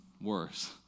worse